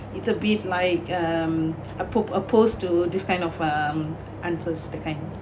it's a bit like um oppos~ opposed to this kind of um answers that kind